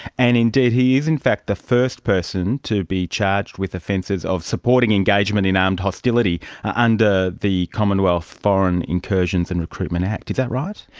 and indeed he is in fact the first person to be charged with offences of supporting engagement in armed hostility under the commonwealth foreign incursions and recruitment act. is that right?